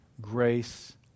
Grace